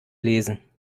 lesen